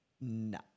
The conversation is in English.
No